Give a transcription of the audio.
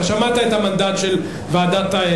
שמעת את המנדט של ועדת-טרכטנברג.